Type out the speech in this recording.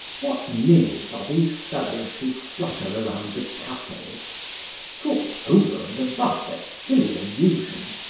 what ninnies are these fellows who flutter around the cafes for, over and above their silly illusions,